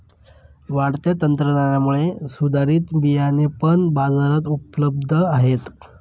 वाढत्या तंत्रज्ञानामुळे सुधारित बियाणे पण बाजारात उपलब्ध आहेत